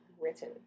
written